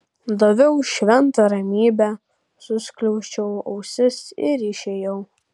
daviau šventą ramybę suskliausčiau ausis ir išėjau